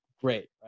great